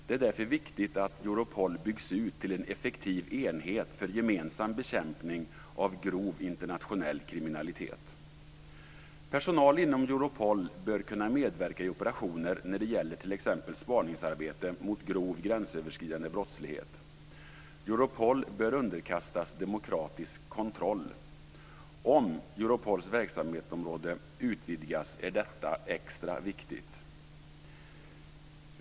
Det är därför viktigt att Europol byggs ut till en effektiv enhet för gemensam bekämpning av grov internationell kriminalitet. Personal inom Europol bör kunna medverka i operationer när det gäller t.ex. spaningsarbete mot grov gränsöverskridande brottslighet. Europol bör underkastas demokratisk kontroll. Om Europols verksamhetsområde utvidgas är detta extra viktigt.